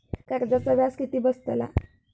कर्जाचा व्याज किती बसतला?